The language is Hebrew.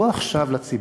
בוא עכשיו לציבור,